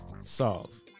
solve